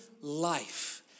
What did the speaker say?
life